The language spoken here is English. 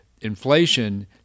inflation